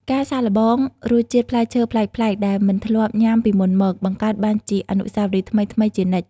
ការសាកល្បងរសជាតិផ្លែឈើប្លែកៗដែលមិនធ្លាប់ញ៉ាំពីមុនមក បង្កើតបានជាអនុស្សាវរីយ៍ថ្មីៗជានិច្ច។